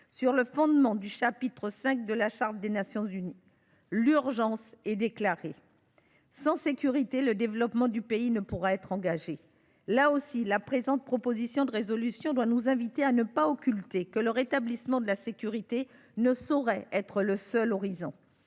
sur le fondement du chapitre V de la Charte des Nations unies. L’urgence est déclarée. Sans sécurité, le développement du pays ne pourra être engagé. Là aussi, la présente proposition de résolution doit nous inciter à ne pas occulter que le rétablissement de la sécurité ne saurait être le seul horizon.